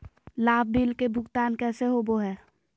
लाभ बिल के भुगतान कैसे होबो हैं?